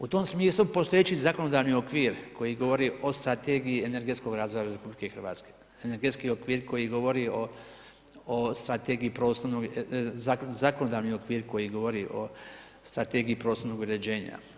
U tom smislu, postojeći zakonodavni okvir, koji govori o strategiji energetskog razvoja RH, energetski okvir, koji govori o strategiji, prostornog, zakonodavni, okvir, koji govori o strategiji prostornog uređenja.